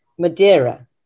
Madeira